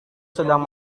sedang